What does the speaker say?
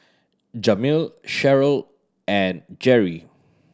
Jamil Sherryl and Gerry